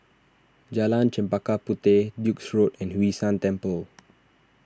Jalan Chempaka Puteh Duke's Road and Hwee San Temple